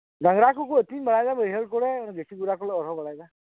ᱰᱟᱝᱨᱟ ᱠᱚ ᱠᱚ ᱟᱛᱤᱧ ᱵᱟᱲᱟᱭ ᱮᱫᱟ ᱵᱟᱹᱭᱦᱟᱹᱲ ᱠᱚᱨᱮ ᱜᱟᱪᱷᱤ ᱡᱚᱨᱟ ᱠᱚᱜᱮᱞᱮ ᱦᱚᱨᱦᱚ ᱵᱟᱲᱟᱭᱮᱫᱟ